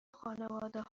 خانواده